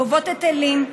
גובות היטלים,